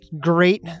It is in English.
Great